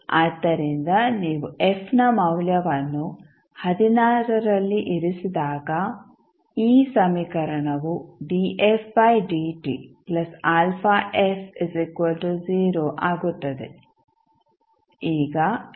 ಆದ್ದರಿಂದ ನೀವು f ನ ಮೌಲ್ಯವನ್ನು ರಲ್ಲಿ ಇರಿಸಿದಾಗ ಈ ಸಮೀಕರಣವು ಆಗುತ್ತದೆ